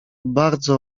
bardzo